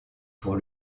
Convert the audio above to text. pour